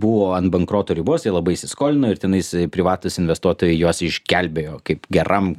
buvo ant bankroto ribos jie labai įsiskolino ir tenais privatūs investuotojai juos išgelbėjo kaip geram